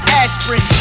aspirin